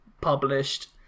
published